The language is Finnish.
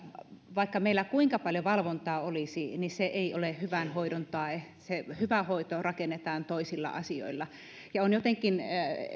vaikka meillä kuinka paljon valvontaa olisi niin se ei ole hyvän hoidon tae se hyvä hoito rakennetaan toisilla asioilla ja on jotenkin